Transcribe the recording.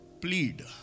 Plead